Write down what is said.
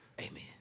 Amen